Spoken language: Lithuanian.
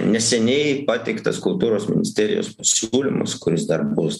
neseniai pateiktas kultūros ministerijos pasiūlymas kuris dar bus